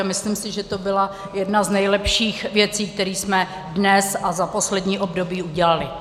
Myslím si, že to byla jedna z nejlepších věcí, které jsme dnes a za poslední období udělali.